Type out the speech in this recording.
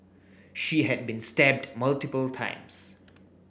she had been stabbed multiple times